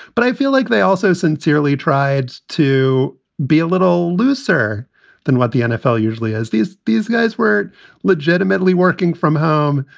but i feel like they also sincerely tried to be a little looser than what the nfl usually as these these guys were legitimately working from home.